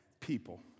People